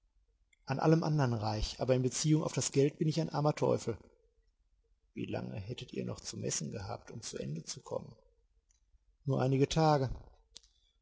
an allem andern reich aber in beziehung auf das geld bin ich ein armer teufel wie lange hättet ihr noch zu messen gehabt um zu ende zu kommen nur einige tage